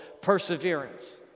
perseverance